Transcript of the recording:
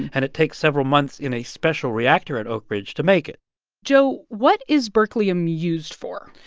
and it takes several months in a special reactor at oak ridge to make it joe, what is berkelium used for?